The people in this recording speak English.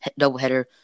doubleheader